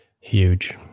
Huge